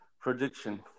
prediction